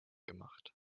gemacht